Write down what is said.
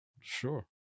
Sure